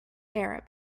arab